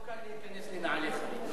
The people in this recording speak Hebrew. לא קל להיכנס לנעליך.